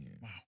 wow